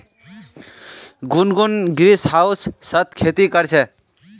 गुनगुन ग्रीनहाउसत खेती कर छ